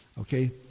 okay